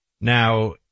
Now